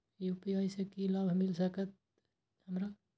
UPI से की लाभ मिल सकत हमरा?